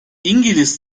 i̇ngiliz